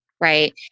right